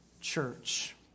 church